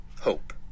Hope